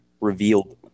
revealed